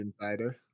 insider